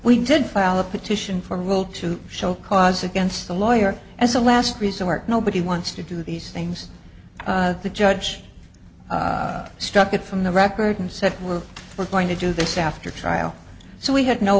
we did file a petition for a rule to show cause against the lawyer as a last resort nobody wants to do these things the judge struck it from the record and said we're not going to do this after trial so we had no